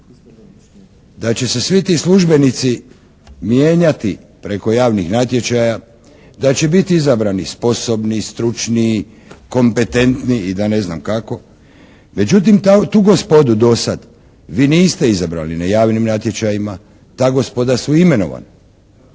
da će se svi ti službenici mjenjati preko javnih natječaja,...... da će biti izabrani sposobni, stručniji, kompetentniji i da ne znam kako. Međutim, tu gospodu do sad vi niste izabrali na javnim natječajima. Ta gospoda su imenovana.